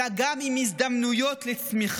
אלא גם עם הזדמנויות לצמיחה.